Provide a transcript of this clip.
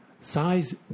Size